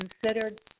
considered